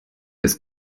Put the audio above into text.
ist